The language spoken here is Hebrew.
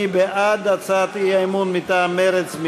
מי בעד הצעת האי-אמון מטעם מרצ?